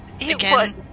again